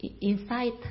inside